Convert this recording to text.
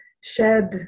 shed